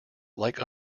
like